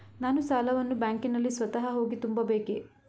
ನಾನು ಸಾಲವನ್ನು ಬ್ಯಾಂಕಿನಲ್ಲಿ ಸ್ವತಃ ಹೋಗಿ ತುಂಬಬೇಕೇ?